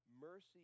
Mercy